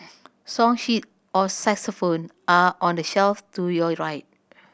song sheet or saxophone are on the shelf to your right